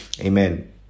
amen